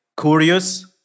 curious